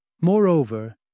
Moreover